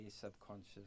subconscious